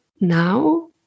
now